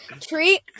treat